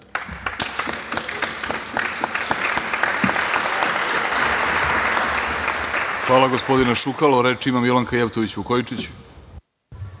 Hvala, gospodine Šukalo. Reč ima Milanka Jevtović Vukojičić.